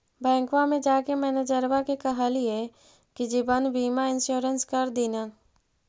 बैंकवा मे जाके मैनेजरवा के कहलिऐ कि जिवनबिमा इंश्योरेंस कर दिन ने?